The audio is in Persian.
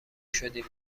شدیم